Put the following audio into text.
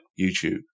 YouTube